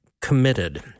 committed